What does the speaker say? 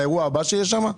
לאירוע הבא שיהיה שם?